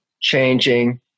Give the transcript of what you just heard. changing